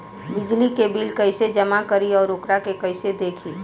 बिजली के बिल कइसे जमा करी और वोकरा के कइसे देखी?